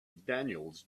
daniels